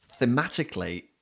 Thematically